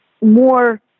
more